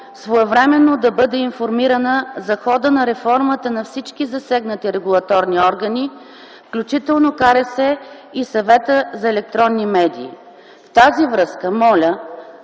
своевременно да бъде информирана за хода на реформата на всички засегнати регулаторни органи, включително КРС и Съвета за електронни медии. В тази връзка моля